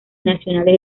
nacionales